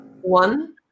One